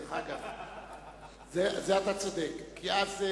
דרך אגב, בזה אתה צודק, כי אז,